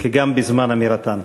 והיו גם בזמן אמירתם.